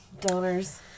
Donors